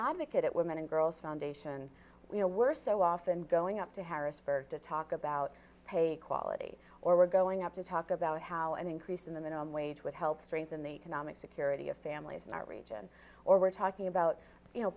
advocate women and girls foundation you know we're so often going up to harrisburg to talk about pay quality or we're going up to talk about how an increase in the minimum wage would help strengthen the economic security of families in our region or we're talking about you know